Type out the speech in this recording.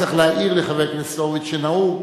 צריך להעיר לחבר הכנסת הורוביץ שנהוג,